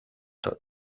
toro